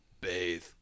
bathe